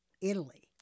Italy